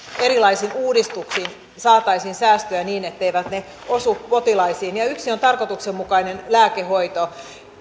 erilaisin uudistuksin saataisiin säästöjä niin etteivät ne osu potilaisiin yksi on tarkoituksenmukainen lääkehoito